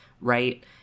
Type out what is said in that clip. right